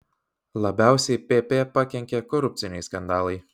labiausiai pp pakenkė korupciniai skandalai